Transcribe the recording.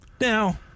Now